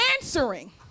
answering